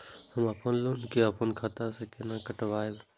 हम अपन लोन के अपन खाता से केना कटायब?